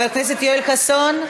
חבר הכנסת יואל חסון,